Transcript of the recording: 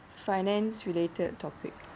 finance related topic